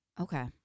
Okay